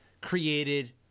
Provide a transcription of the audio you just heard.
created –